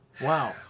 Wow